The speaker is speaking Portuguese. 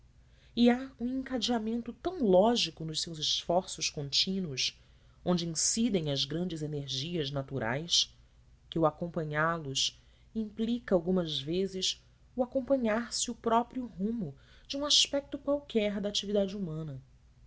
e há um encadeamento tão lógico nos seus esforços contínuos onde incidem as grandes energias naturais que o acompanhá los implica algumas vezes o acompanhar se o próprio rumo de um aspeto qualquer da atividade humana